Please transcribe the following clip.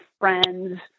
friends